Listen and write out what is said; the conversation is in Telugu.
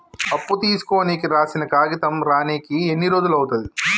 అప్పు తీసుకోనికి రాసిన కాగితం రానీకి ఎన్ని రోజులు అవుతది?